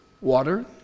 water